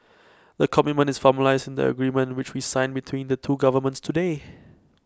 the commitment is formalised in the agreement which we signed between the two governments today